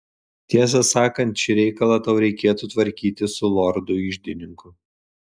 tiesą sakant šį reikalą tau reikėtų tvarkyti su lordu iždininku